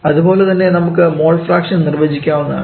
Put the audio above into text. അതുപോലെ തന്നെ നമുക്ക് മോൾ ഫ്രാക്ഷൻ നിർവചിക്കാവുന്നതാണ്